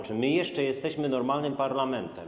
Czy my jeszcze jesteśmy normalnym parlamentem?